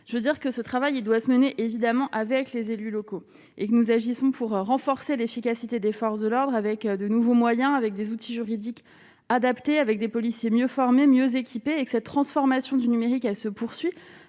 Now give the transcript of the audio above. je veux dire que ce travail et doit se mener évidemment avec les élus locaux et que nous agissons pour renforcer l'efficacité des forces de l'ordre avec de nouveaux moyens avec des outils juridiques adaptés avec des policiers mieux formés, mieux équipés, cette transformation du numérique, elle se poursuit